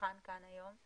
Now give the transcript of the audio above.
לשולחן כאן היום,